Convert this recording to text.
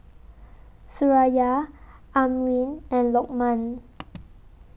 Suraya Amrin and Lokman